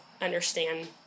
understand